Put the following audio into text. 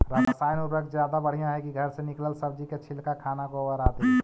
रासायन उर्वरक ज्यादा बढ़िया हैं कि घर से निकलल सब्जी के छिलका, खाना, गोबर, आदि?